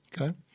Okay